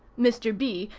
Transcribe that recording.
mr. b.